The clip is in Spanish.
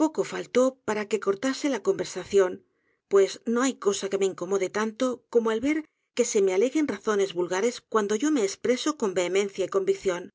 poco faltó para que contase la conversación pues no hay cosa que me incomode tanto como el ver que se me aleguen razones vulgares cuando yo me espreso con vehemencia y convicción